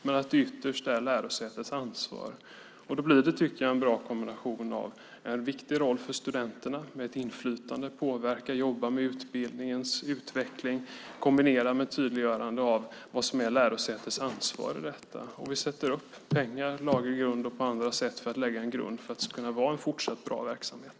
Men ytterst är det lärosätets ansvar. Då tycker jag att det blir en bra kombination av en viktig roll för studenterna med ett inflytande - påverka och jobba med utbildningens utveckling - och ett tydliggörande av vad som är lärosätets ansvar i detta. Vi tillför pengar, ger en laglig grund och annat för att lägga en grund för att det fortsatt ska kunna vara en bra verksamhet.